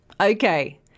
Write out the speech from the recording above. Okay